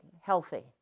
healthy